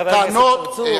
חבר הכנסת בילסקי,